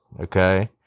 Okay